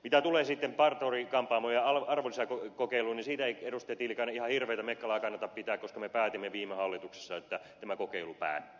mitä tulee sitten parturi kampaamo ja arvonlisäverokokeiluun niin siitä ei edustaja tiilikainen ihan hirveätä mekkalaa kannata pitää koska me päätimme viime hallituksessa että tämä kokeilu päättyy